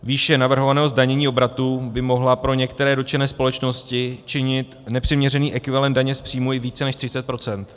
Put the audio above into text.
Výše navrhovaného zdanění obratu by mohla pro některé dotčené společnosti činit nepřiměřený ekvivalent daně z příjmu i více než 30 %.